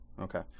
Okay